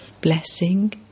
Blessing